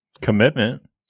Commitment